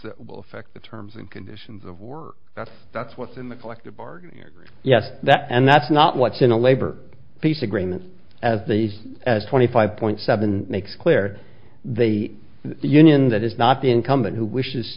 that will affect the terms and conditions of work that's that's what's in the collective bargaining agreement yes and that's not what's in a labor peace agreement as these as twenty five point seven makes clear they the union that is not the incumbent who wishes